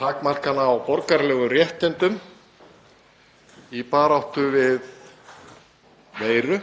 takmarkana á borgaralegum réttindum í baráttu við veiru